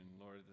Lord